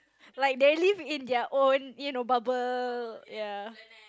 like they live in their own you know bubble